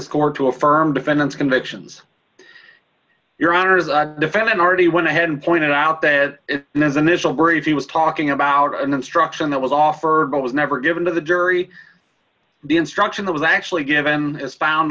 court to affirm defendant's convictions your honor the defendant already went ahead and pointed out that then this will brief he was talking about an instruction that was offered but was never given to the jury the instruction that was actually given is found